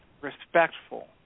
respectful